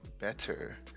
better